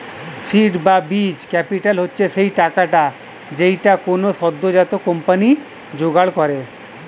seed বা বীজ capital হচ্ছে সেই টাকাটা যেইটা কোনো সদ্যোজাত কোম্পানি জোগাড় করে